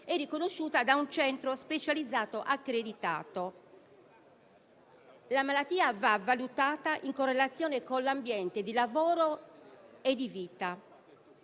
e riconosciuta da un centro specializzato accreditato. La malattia va valutata in relazione con l'ambiente di lavoro e di vita.